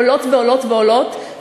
עולות ועולות ועולות,